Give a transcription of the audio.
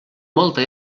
molta